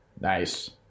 nice